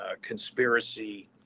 conspiracy